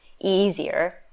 easier